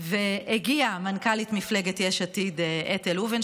והגיעה מנכ"לית מפלגת יש עתיד אטל הובן,